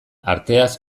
arteaz